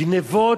גנבות,